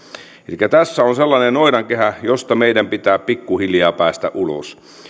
elikkä tässä on sellainen noidankehä josta meidän pitää pikkuhiljaa päästä ulos